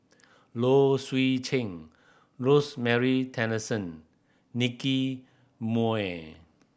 Low Swee Chen Rosemary Tessensohn Nicky Moey